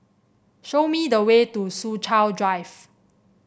show me the way to Soo Chow Drive